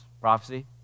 prophecy